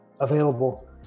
available